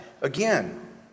again